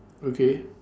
okay